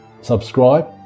subscribe